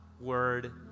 word